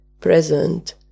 present